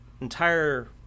entire